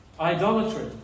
idolatry